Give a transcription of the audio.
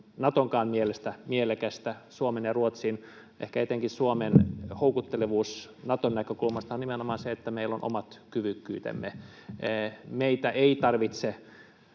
Natonkaan mielestä mielekästä. Suomen ja Ruotsin, ehkä etenkin Suomen, houkuttelevuus Naton näkökulmasta on nimenomaan se, että meillä on omat kyvykkyytemme. Meitä ei tarvitse